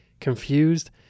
confused